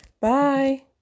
Bye